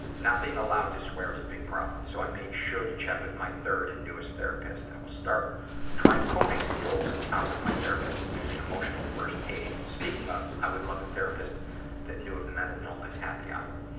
not being allowed to swear is a big problem, so i made sure to check with my third and newest therapist. i will start trying coping skills out with my therapist and using emotional first aid. speaking of, i would love a therapist that knew of the mental illness happy hour.